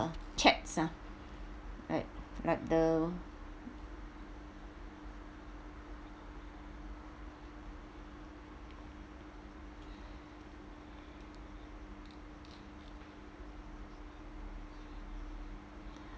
chats ah like like the